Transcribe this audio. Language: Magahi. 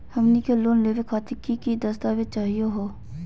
हमनी के लोन लेवे खातीर की की दस्तावेज चाहीयो हो?